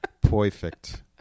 Perfect